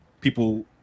People